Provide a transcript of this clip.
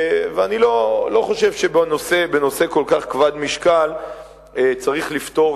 ואני לא חושב שבנושא כל כך כבד-משקל צריך לפטור